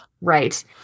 Right